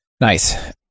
Nice